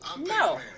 No